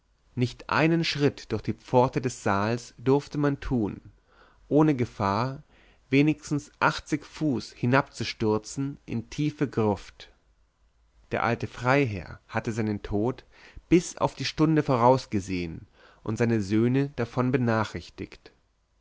nicht einen schritt durch die pforte des saals durfte man tun ohne gefahr wenigstens achtzig fuß hinabzustürzen in tiefe gruft der alte freiherr hatte seinen tod bis auf die stunde vorausgesehen und seine söhne davon benachrichtigt